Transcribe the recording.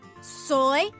Soy